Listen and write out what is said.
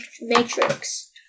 matrix